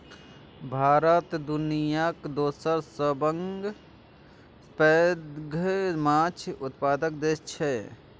भारत दुनियाक दोसर सबसं पैघ माछ उत्पादक देश छियै